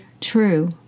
true